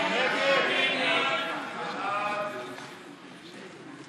ההסתייגות (57) של חברי